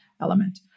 element